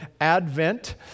Advent